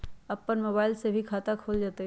अपन मोबाइल से भी खाता खोल जताईं?